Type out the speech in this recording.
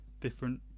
different